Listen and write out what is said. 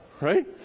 right